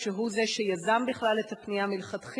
ניו-יורק, שהוא שיזם בכלל את הפנייה מלכתחילה,